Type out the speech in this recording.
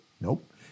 Nope